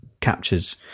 captures